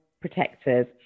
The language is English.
protectors